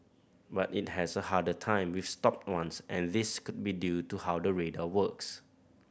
but it has a harder time with stopped ones and this could be due to how the radar works